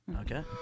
Okay